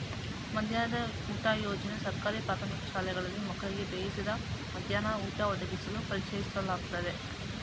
ಮಧ್ಯಾಹ್ನದ ಊಟ ಯೋಜನೆ ಸರ್ಕಾರಿ ಪ್ರಾಥಮಿಕ ಶಾಲೆಗಳಲ್ಲಿ ಮಕ್ಕಳಿಗೆ ಬೇಯಿಸಿದ ಮಧ್ಯಾಹ್ನ ಊಟ ಒದಗಿಸಲು ಪರಿಚಯಿಸ್ಲಾಗಯ್ತೆ